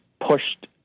pushed